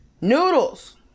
Noodles